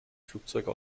flugzeuge